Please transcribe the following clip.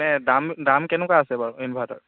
এনে দাম দাম কেনেকুৱা আছে বাৰু ইনভাইটাৰৰ